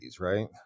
right